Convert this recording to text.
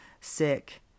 sick